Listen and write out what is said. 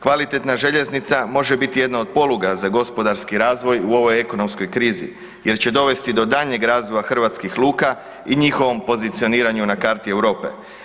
Kvalitetna željeznica može biti jedna od poluga za gospodarski razvoj u ovoj ekonomskoj krizi jer će dovesti do daljnjeg razvoja hrvatskih luka i njihovom pozicioniranju na karti Europe.